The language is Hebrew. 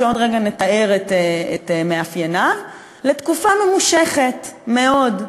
שעוד רגע נתאר את מאפייניו, תקופה ממושכת מאוד.